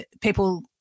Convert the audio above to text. people